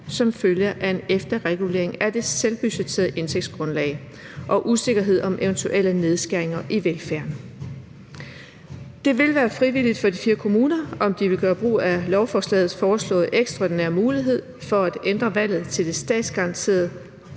som følge af en efterregulering af det selvbudgetterede indtægtsgrundlag og usikkerhed om eventuelle nedskæringer i velfærden. Det vil være frivilligt for de fire kommuner, om de vil gøre brug af lovforslagets foreslåede ekstraordinære mulighed for at ændre valget til det statsgaranterede